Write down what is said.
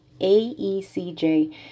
AECJ